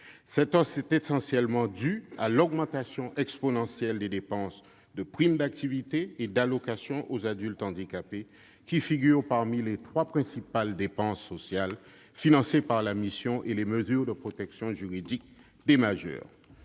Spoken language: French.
hausse est essentiellement due à l'augmentation exponentielle des dépenses de prime d'activité et d'allocation aux adultes handicapés, qui figurent parmi les trois principales dépenses sociales financées par la mission, avec les mesures de protection juridique des majeurs.